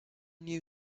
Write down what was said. new